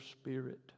spirit